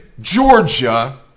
Georgia